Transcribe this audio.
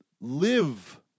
live